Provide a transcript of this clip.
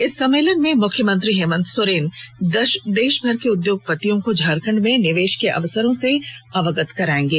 इस सम्मेलन में मुख्यमंत्री हेमन्त सोरेन देशभर के उद्योगपतियों को झारखंड में निवेश के अवसरों से अवगत कराएंगे